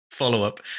follow-up